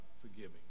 forgiving